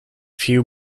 few